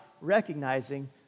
recognizing